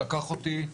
לקח אותי,